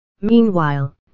Meanwhile